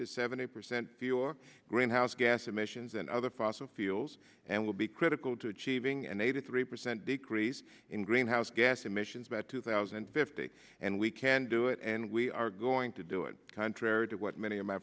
to seventy percent of your greenhouse gas emissions and other fossil fuels and will be critical to achieving an eighty three percent decrease in greenhouse gas emissions by two thousand and fifty and we can do it and we are going to do it contrary to what many of my